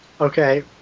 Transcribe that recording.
Okay